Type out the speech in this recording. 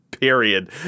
period